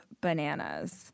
bananas